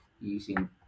using